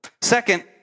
Second